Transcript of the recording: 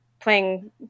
playing